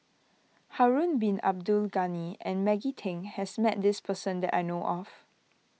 Harun Bin Abdul Ghani and Maggie Teng has met this person that I know of